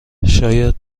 شاید